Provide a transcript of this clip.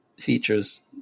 features